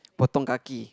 Potong kaki